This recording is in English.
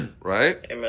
Right